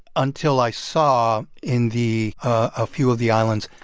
until i saw, in the a few of the islands,